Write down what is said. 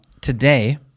Today